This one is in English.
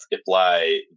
apply